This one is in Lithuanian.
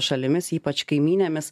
šalimis ypač kaimynėmis